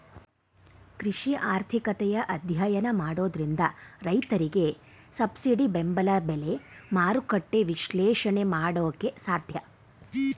ಕೃಷಿ ಆರ್ಥಿಕತೆಯ ಅಧ್ಯಯನ ಮಾಡೋದ್ರಿಂದ ರೈತರಿಗೆ ಸಬ್ಸಿಡಿ ಬೆಂಬಲ ಬೆಲೆ, ಮಾರುಕಟ್ಟೆ ವಿಶ್ಲೇಷಣೆ ಮಾಡೋಕೆ ಸಾಧ್ಯ